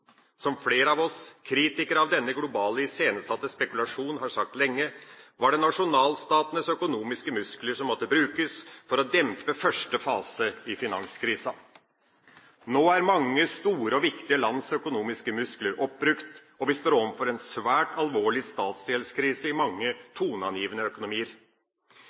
Som flere av oss kritikere av denne globale iscenesatte spekulasjon har sagt lenge, var det nasjonalstatenes økonomiske muskler som måtte brukes for å dempe første fase i finanskrisa. Nå er mange store og viktige lands økonomiske muskler oppbrukt, og vi står overfor en svær alvorlig statsgjeldskrise i mange toneangivende økonomier.